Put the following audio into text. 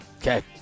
Okay